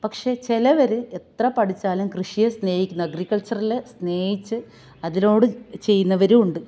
പക്ഷേ ചിലവർ എത്ര പഠിച്ചാലും കൃഷിയെ സ്നേഹിക്കുന്ന അഗ്രിക്കള്ച്ചറിൽ സ്നേഹിച്ച് അതിലോട് ചെയ്യുന്നവരുമുണ്ട്